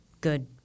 good